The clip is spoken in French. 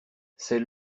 c’est